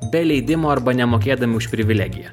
be leidimo arba nemokėdami už privilegiją